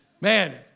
Man